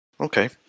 okay